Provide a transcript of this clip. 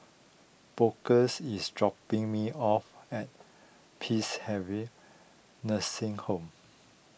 Bookers is dropping me off at Peacehaven Nursing Home